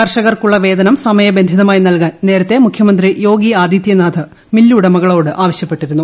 കർഷകർക്കുള്ള വേതനം സമയബന്ധിതമായി നൽകാൻ നേരത്തെ മുഖ്യമന്ത്രി യോഗി ആദിത്യനാഥ് മില്ലുടകളോട് ആവശ്യപ്പെട്ടിരുന്നു